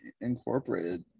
Incorporated